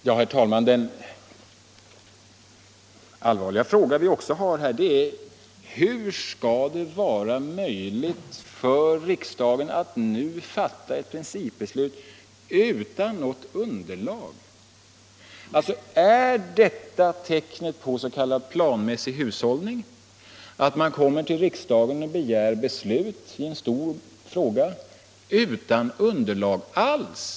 En annan mycket allvarlig fråga är denna: Hur skall det bli möjligt för riksdagen att nu fatta ett principbeslut utan något underlag? Är detta tecknet på s.k. planmässig hushållning, att man kommer till riksdagen och begär ett beslut i en stor fråga utan något underlag alls?